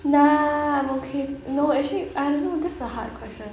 nah I'm okay no actually I don't know that's a hard question